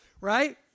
right